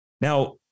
Now